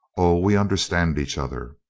o, we understand each other.